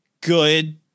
good